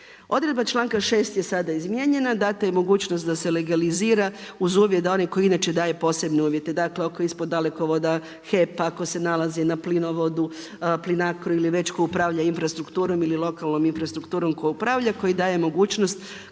Odredba članka 6. je sada izmijenjena, dana je mogućnost da se legalizira uz uvjet da inače oni koji inače daju posebne uvjete. Dakle oko ispod dalekovoda, HEP ako se nalazi na plinovodu, Plinacro ili već tko upravlja infrastrukturom ili lokalnom infrastrukturom tko upravlja koji daje mogućnost